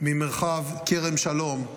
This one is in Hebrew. ממרחב כרם שלום.